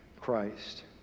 Christ